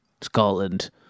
Scotland